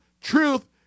truth